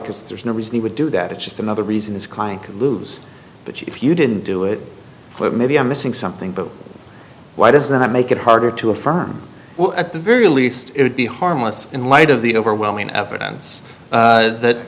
his there's no reason he would do that it's just another reason his client could lose but if you didn't do it for maybe i'm missing something but why does that make it harder to affirm well at the very least it would be harmless in light of the overwhelming evidence that